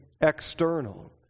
external